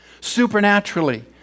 supernaturally